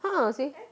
a'ah seh